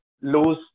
lose